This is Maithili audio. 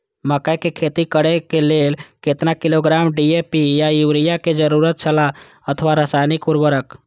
मकैय के खेती करे के लेल केतना किलोग्राम डी.ए.पी या युरिया के जरूरत छला अथवा रसायनिक उर्वरक?